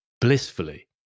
blissfully